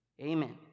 Amen